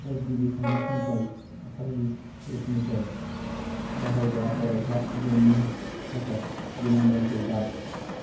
S D B फाइनेन्सनिफ्राय सार्भिसेसनिफ्राय बाहायग्रा अरायथा ल'ननि थाखाय रिमाइन्दारखौ दान